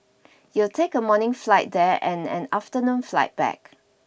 you'll take a morning flight there and an afternoon flight back